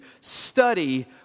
study